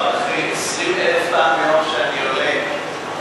כבר אחרי עשרים אלף פעם שאני עולה,